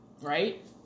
right